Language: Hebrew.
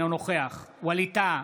אינו נוכח ווליד טאהא,